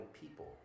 people